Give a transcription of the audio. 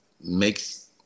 makes